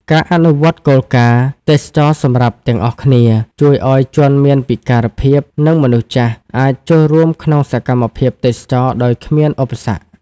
ការអនុវត្តគោលការណ៍ "ទេសចរណ៍សម្រាប់ទាំងអស់គ្នា" ជួយឱ្យជនមានពិការភាព និងមនុស្សចាស់ អាចចូលរួមក្នុងសកម្មភាពទេសចរណ៍ដោយគ្មានឧបសគ្គ។